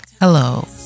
hello